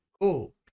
cool